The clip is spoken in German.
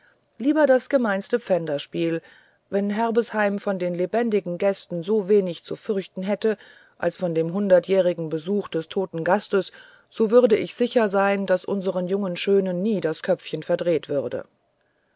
lieber das gemeinste pfänderspiel wenn herbesheim von den lebendigen gästen so wenig zu fürchten hätte als vom hundertjährigen besuche des toten gastes so würden wir sicher sein daß unseren jungen schönen nie das köpfchen verdreht würde